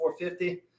450